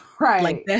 Right